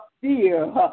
fear